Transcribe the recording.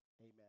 Amen